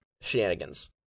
shenanigans